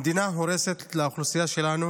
המדינה הורסת לאוכלוסייה שלנו